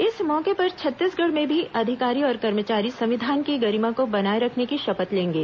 इस मौके पर छत्तीसगढ़ में भी अधिकारी और कर्मचारी संविधान की गरिमा को बनाए रखने की शपथ लेंगे